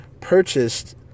purchased